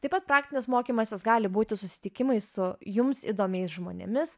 taip pat praktinis mokymasis gali būti susitikimai su jums įdomiais žmonėmis